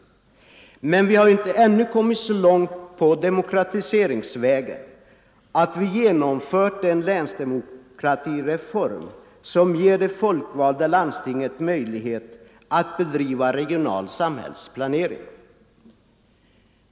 Men vi har ju ännu inte kommit så långt på demokratiseringsvägen att vi genomfört en länsdemokratireform som ger det folkvalda landstinget möjlighet att bedriva regional samhällsplanering.